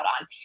on